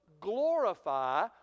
glorify